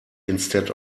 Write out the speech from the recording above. instead